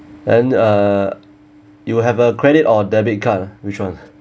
then uh you will have a credit or debit card ah which [one]